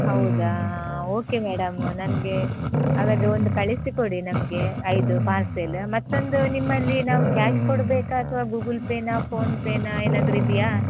ಹೌದಾ okay madam ನನಗೆ ಹಾಗಾದರೆ ಒಂದು ಕಳಿಸಿಕೊಡಿ ನಮಗೆ ಐದು ಪಾರ್ಸೆಲ್ ಮತ್ತೊಂದು ನಿಮ್ಮಲ್ಲಿ ನಾವು ಕ್ಯಾಶ್ ಕೊಡಬೇಕಾ ಅಥವಾ ಗೂಗುಲ್ ಪೇನಾ ಫೋನ್ ಪೇನಾ ಏನಾದರೂ ಇದೆಯಾ